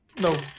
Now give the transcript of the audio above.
no